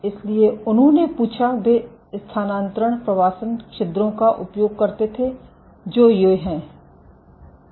इसलिए उन्होंने पूछा वे स्थानांतरण प्रवासन छिद्रों का उपयोग करते थे जो ये हैं